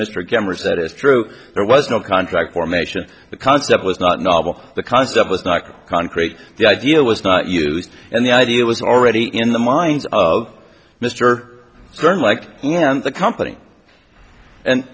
grammars that is true there was no contract formation the concept was not novel the concept was not concrete the idea was not used and the idea was already in the minds of mr stern like and the company and